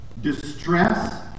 Distress